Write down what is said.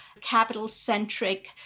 capital-centric